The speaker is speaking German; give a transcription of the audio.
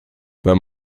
wenn